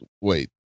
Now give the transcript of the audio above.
Wait